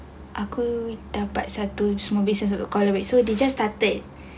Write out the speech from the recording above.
aku dapat satu semua besok satu kalau besok dia just started